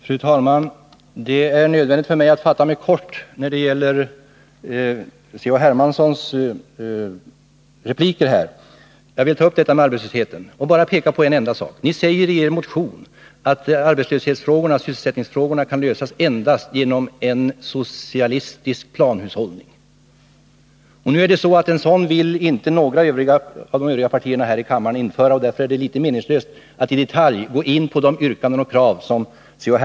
Fru talman! Det är nödvändigt för mig att fatta mig kort när det gäller Carl-Henrik Hermanssons replik. Jag vill ta upp frågan om arbetslösheten och bara peka på en enda sak. Ni säger i er motion att arbetslöshetsfrågorna, sysselsättningsfrågorna, kan lösas endast genom en socialistisk planhushållning. En sådan vill inga andra partier här i kammaren införa, och därför är det litet meningslöst att i detalj gå in på de yrkanden och krav som C.-H.